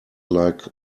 like